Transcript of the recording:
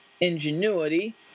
ingenuity